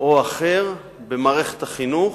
או אחר במערכת החינוך,